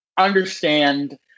Understand